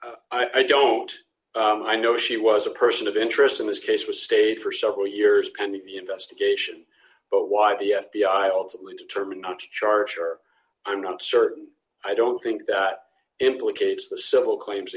inside i don't know she was a person of interest in this case was stayed for several years pending the investigation but why the f b i ultimately determined not to charge or i'm not certain i don't think that implicates the civil claims